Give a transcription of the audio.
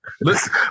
listen